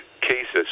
cases